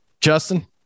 Justin